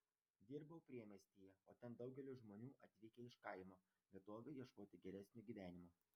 dirbau priemiestyje o ten daugelis žmonių atvykę iš kaimo vietovių ieškoti geresnio gyvenimo